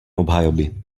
obhajoby